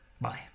Bye